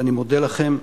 ואני מודה לכם,